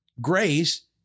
Grace